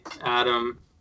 Adam